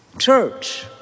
church